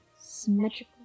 symmetrical